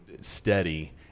steady